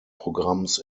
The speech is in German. programms